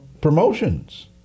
promotions